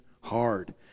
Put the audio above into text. hard